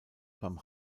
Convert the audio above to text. beim